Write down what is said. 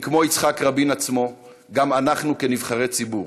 אם כמו יצחק רבין עצמו גם אנחנו, כנבחרי ציבור,